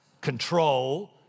control